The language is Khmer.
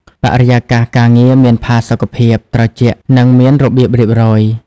បរិយាកាសការងារមានផាសុកភាព ត្រជាក់ និងមានរបៀបរៀបរយ។